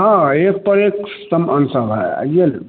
हाँ एक पर एक सामान सब है आइए न